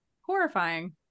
horrifying